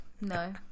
no